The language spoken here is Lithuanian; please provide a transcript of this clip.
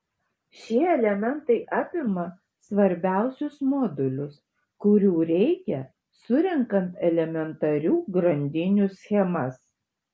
šie elementai apima svarbiausius modulius kurių reikia surenkant elementarių grandinių schemas